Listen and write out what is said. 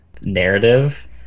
narrative